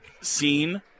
scene